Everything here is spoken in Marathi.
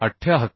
78